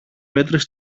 πέτρες